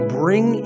bring